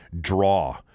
draw